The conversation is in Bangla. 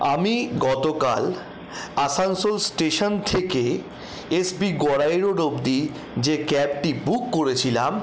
আমি গতকাল আসানসোল স্টেশন থেকে এস বি গড়াই রোড অব্দি যে ক্যাবটি বুক করেছিলাম